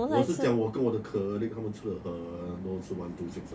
我是讲我跟我的 colleague 他们吃了很多次 one two six liao